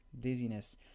dizziness